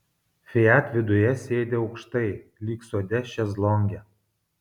fiat viduje sėdi aukštai lyg sode šezlonge